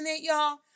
y'all